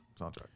soundtrack